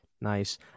Nice